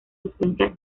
influencia